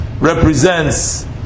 represents